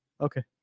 Okay